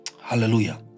Hallelujah